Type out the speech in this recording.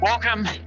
Welcome